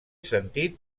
sentit